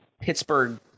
pittsburgh